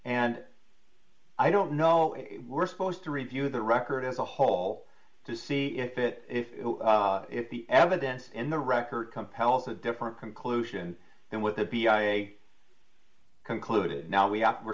and i don't know if we're supposed to review the record as a whole to see if it is if the evidence in the record compels a different conclusion than with a concluded now we are we're